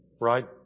right